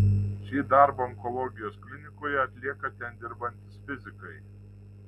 šį darbą onkologijos klinikoje atlieka ten dirbantys fizikai